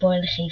הפועל חיפה.